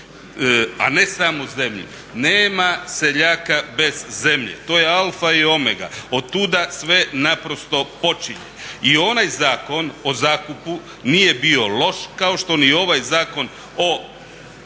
a ne samo zemlju. Nema seljaka bez zemlje. To je alfa i omega, otuda sve naprosto počinje. I onaj Zakon o zakupu nije bio loš kao što ni ovaj zakon o